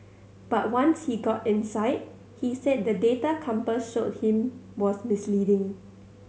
but once he got inside he said the data compass showed him was misleading